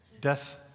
Death